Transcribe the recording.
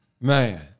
Man